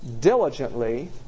Diligently